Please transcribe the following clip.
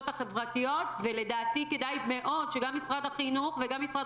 החברתיות ולדעתי כדאי מאוד שגם משרד החינוך וגם משרד